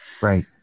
right